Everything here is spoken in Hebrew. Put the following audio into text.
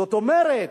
זאת אומרת,